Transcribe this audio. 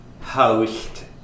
host